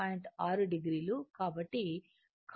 కాబట్టి cos 22